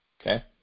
okay